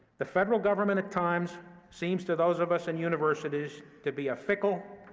the federal government at times seems to those of us in universities to be a fickle,